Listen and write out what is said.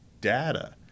data